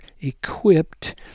equipped